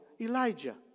Elijah